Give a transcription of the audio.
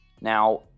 Now